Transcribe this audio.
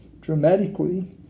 dramatically